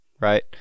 Right